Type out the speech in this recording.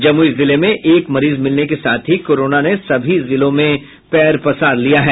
जमुई जिले में एक मरीज मिलने के साथ ही कोरोना ने सभी जिलों में पैर पसार दिया है